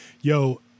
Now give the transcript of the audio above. yo